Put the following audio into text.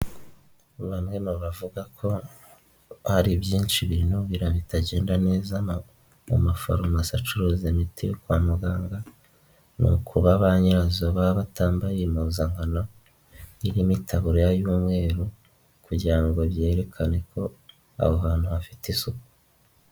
Bamwe mu bavuga ko hari byinshi ibintu bitagenda neza mu mafarumasi acuruza imiti yo kwa muganga, ni ukuba ba nyirazo baba batambaye impuzankano n'itaburiya y'umweru kugira ngo byerekane ko aho hantu hafite isuku.